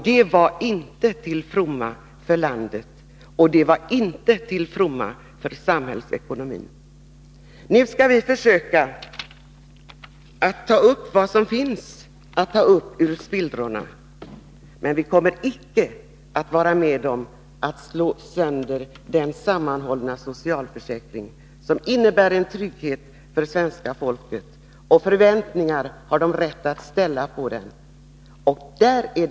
Det var inte till fromma för landet och för samhällsekonomin. Nu skall vi ta upp vad som finns att ta upp ur spillrorna. Men vi kommer inte att vara med om att slå sönder den samordnade socialförsäkring som innebär en trygghet för svenska folket, som har rätt att ställa förväntningar på den.